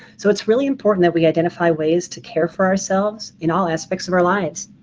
so it's really important that we identify ways to care for ourselves in all aspects of our lives.